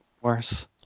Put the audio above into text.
worse